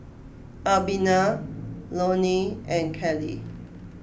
Albina Lonie and Callie